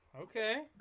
okay